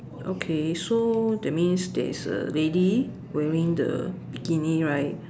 okay so that means there is a lady wearing the bikini right